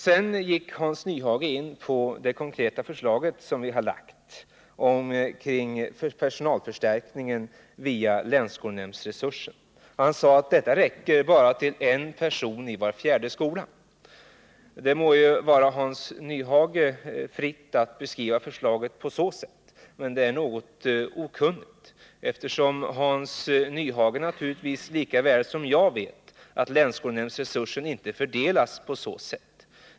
Sedan gick Hans Nyhage in på de konkreta förslag som vi har lagt fram om personalförstärkning via länsskolnämndsresursen. Han sade att förstärkningsresursen bara skulle räcka till en person i var fjärde skola. Det må stå Hans Nyhage fritt att beskriva förslaget på det sättet, men Hans Nyhage vet lika väl som jag att länsresursen inte fördelas på så sätt.